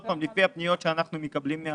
לפי הפניות שאנחנו מקבלים.